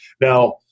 Now